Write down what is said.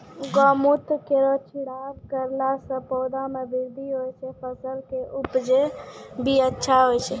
गौमूत्र केरो छिड़काव करला से पौधा मे बृद्धि होय छै फसल के उपजे भी अच्छा होय छै?